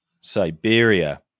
Siberia